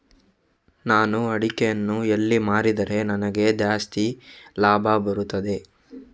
ನಾನು ಅಡಿಕೆಯನ್ನು ಎಲ್ಲಿ ಮಾರಿದರೆ ನನಗೆ ಜಾಸ್ತಿ ಲಾಭ ಬರುತ್ತದೆ?